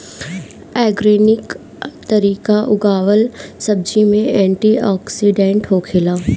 organic तरीका उगावल सब्जी में एंटी ओक्सिडेंट होखेला